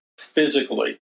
physically